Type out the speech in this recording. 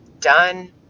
done